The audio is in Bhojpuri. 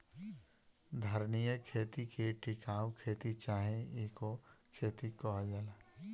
धारणीय खेती के टिकाऊ खेती चाहे इको खेती कहल जाला